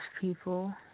people